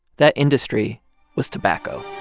that industry was tobacco